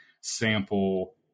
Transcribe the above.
sample